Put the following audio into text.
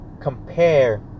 Compare